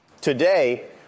Today